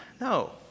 no